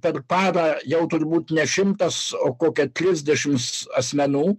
per parą jau turbūt ne šimtas o kokia trisdešims asmenų